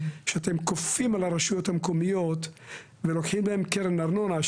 שאתם כופים על הרשויות המקומיות ולוקחים מהן קרן ארנונה,